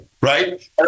Right